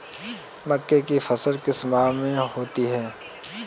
मक्के की फसल किस माह में होती है?